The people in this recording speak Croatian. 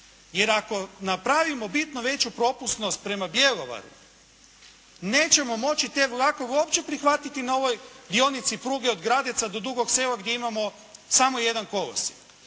Jer ako napravimo bitnu veću propusnost prema Bjelovaru nećemo moći te vlakove uopće prihvatiti na ovoj dionici pruge od Gradeca do Dugog Sela gdje imamo samo jedan kolosijek.